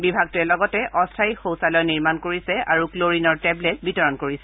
বিভাগটোৱে লগতে অস্থায়ী শৌচালয় নিৰ্মাণ কৰিছে আৰু ক্লৰিনৰ টেবলেট বিতৰণ কৰিছে